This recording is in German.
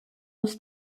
muss